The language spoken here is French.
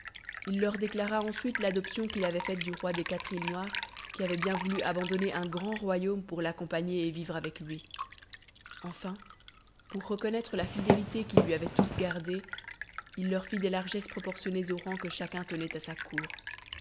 il leur déclara ensuite l'adoption qu'il avait faite du roi des quatre îles noires qui avait bien voulu abandonner un grand royaume pour l'accompagner et vivre avec lui enfin pour reconnaître la fidélité qu'ils lui avaient tous gardée il leur fit des largesses proportionnées au rang que chacun tenait à sa cour